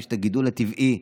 יש את הגידול הטבעי,